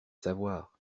savoir